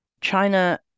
China